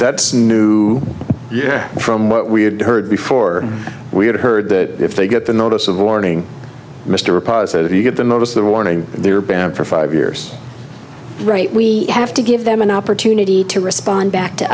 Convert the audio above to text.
that's new yeah from what we had heard before we had heard that if they get the notice of warning mr positive you get the most the warning they're bad for five years right we have to give them an opportunity to respond back to